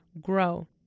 grow